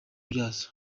byabyo